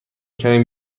کمی